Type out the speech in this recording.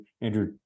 Andrew